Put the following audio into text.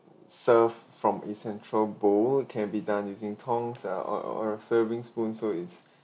serve from a central bowl it can be done using tongs ah or or serving spoons so it's